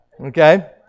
Okay